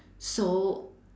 so